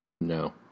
No